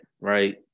right